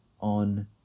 on